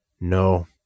No